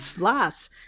lots